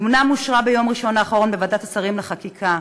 אומנם אושרה ביום ראשון האחרון בוועדת השרים לחקיקה,